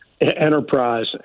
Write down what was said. enterprise